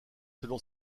selon